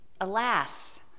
Alas